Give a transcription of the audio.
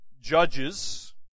judges